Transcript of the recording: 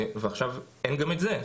ועכשיו אין גם את זה.